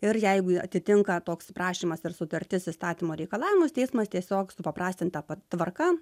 ir jeigu atitinka toks prašymas ir sutartis įstatymo reikalavimus teismas tiesiog supaprastinta tvarka